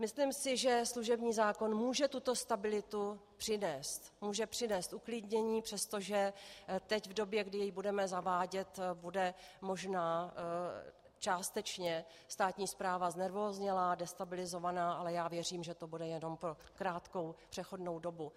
Myslím si, že služební zákon může tuto stabilitu přinést, může přinést uklidnění, přestože teď, v době, kdy jej budeme zavádět, bude možná částečně státní správa znervóznělá, destabilizovaná, ale já věřím, že to bude jenom po krátkou přechodnou dobu.